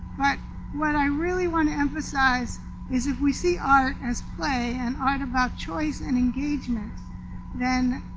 but what i really want to emphasize is if we see art as play and art about choice and engagement then